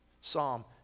Psalm